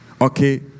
okay